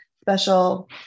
special